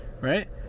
right